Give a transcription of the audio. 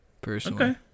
personally